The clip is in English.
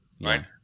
Right